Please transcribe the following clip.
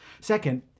Second